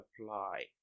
apply